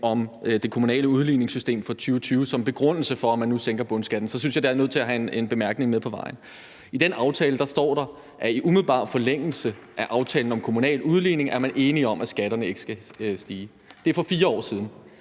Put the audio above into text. om det kommunale udligningssystem fra 2020 som begrundelse for, at man nu sænker bundskatten, så synes jeg, at det er nødt til at få en bemærkning med på vejen. I den aftale står der, at i umiddelbar forlængelse af aftalen om kommunal udligning er man enige om, at skatterne ikke skal stige. Det var for 4 år siden.